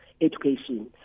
education